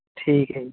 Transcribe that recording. ਠੀਕ ਹੈ ਜੀ